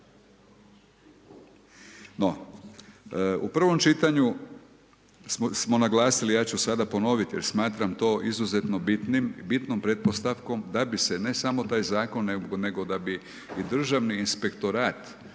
No, u prvom čitanju smo naglasili i ja ću sada ponoviti jer smatram to izuzetno bitnom pretpostavkom da bi se ne samo taj zakon nego da bi i Državni inspektorat